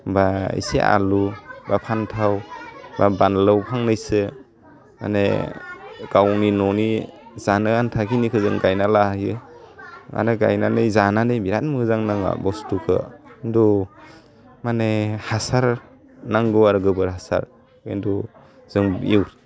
बा एसे आलु बा फान्थाव बा बानलौ फांनैसो माने गावनि न'नि जानो आनथा खिनिखो जों गायना लाहैयो माने गायनानै जानानै बिराद मोजां नाङो बुस्थुखो खिन्थु माने हासार नांगौ आरो गोबोर हासार खिन्थु जों इउ